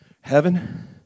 heaven